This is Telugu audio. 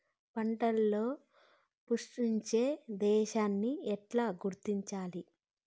పంటలలో పుష్పించే దశను ఎట్లా గుర్తించాలి?